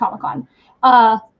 Comic-Con